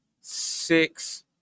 six